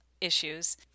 issues